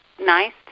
nice